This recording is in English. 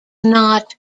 not